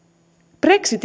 brexit